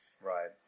Right